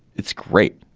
it's great.